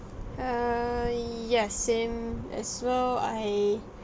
err ya same as well I